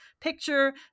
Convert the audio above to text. picture